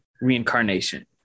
reincarnation